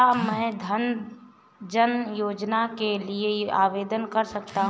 क्या मैं जन धन योजना के लिए आवेदन कर सकता हूँ?